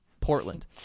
Portland